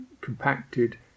compacted